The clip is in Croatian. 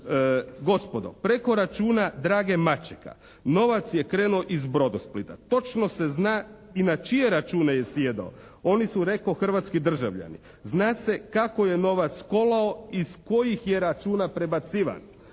Gospodo, preko računa Drage Mačeka novac je krenuo iz Brodosplita. Točno se zna i na čije je račune sjedao. Oni su reko hrvatski državljani. Zna se kako je novac kolao. Iz kojih je računa prebacivan.